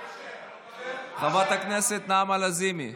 חברת הכנסת נעמה לזימי,